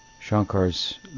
Shankar's